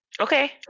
Okay